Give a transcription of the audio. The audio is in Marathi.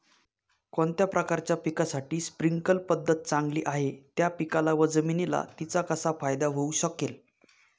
कोणत्या प्रकारच्या पिकासाठी स्प्रिंकल पद्धत चांगली आहे? त्या पिकाला व जमिनीला तिचा कसा फायदा होऊ शकेल?